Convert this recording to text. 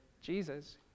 Jesus